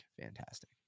fantastic